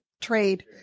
trade